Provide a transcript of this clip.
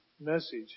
message